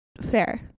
fair